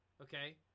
Okay